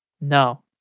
No